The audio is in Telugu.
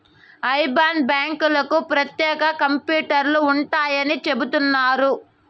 ఐబాన్ బ్యాంకులకు ప్రత్యేక కంప్యూటర్లు ఉంటాయని చెబుతున్నారు